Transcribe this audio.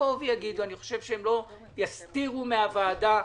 יישבו המנכ"לים,